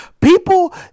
People